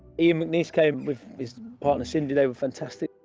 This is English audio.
ian mcneice came with his partner, cindy, they were fantastic.